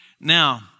Now